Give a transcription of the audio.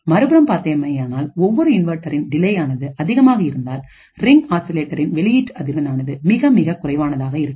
மறுபுறம் பார்த்தோமேயானால் ஒவ்வொரு இன்வெர்ட்டரின் டிலேயானது அதிகமாக இருந்தால் ரிங் ஆக்சிலேட்டரின் வெளியீட்டு அதிர்வெண் ஆனது மிக மிக குறைவானதாகவே இருக்கும்